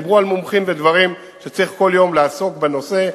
דיברו על מומחים בדברים שצריך כל יום לעסוק בהם,